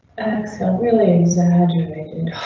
and so really exaggerated.